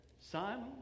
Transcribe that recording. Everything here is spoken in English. Simon